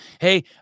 Hey